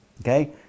Okay